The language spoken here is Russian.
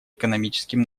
экономическим